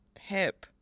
hip